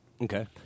Okay